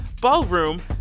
Ballroom